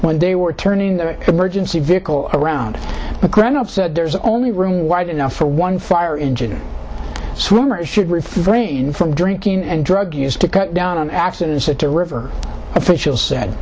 when they were turning their emergency vehicle around the ground up said there's only room wide enough for one fire engine swimmers should refrain from drinking and drug use to cut down on accidents at the river officials said